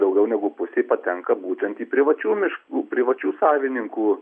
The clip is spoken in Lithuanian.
daugiau negu pusė patenka būtent į privačių miškų privačių savininkų